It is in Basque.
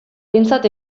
behintzat